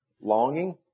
Longing